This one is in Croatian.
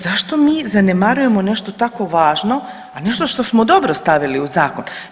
Zašto mi zanemarujemo nešto tako važno, a nešto što smo dobro stavili u zakon?